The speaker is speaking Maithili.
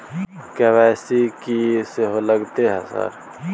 के.वाई.सी की सेहो लगतै है सर?